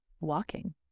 walking